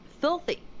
filthy